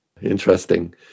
Interesting